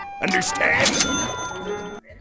Understand